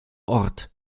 ort